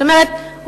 זאת אומרת,